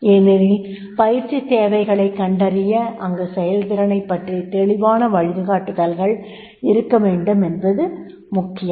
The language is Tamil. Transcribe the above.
ஏனெனில் பயிற்சித் தேவைகளைக் கண்டறிய அன்கு செயல்திறனைப் பற்றிய தெளிவான வழிகாட்டுதல்கள் இருக்க வேண்டும் என்பது மிக முக்கியம்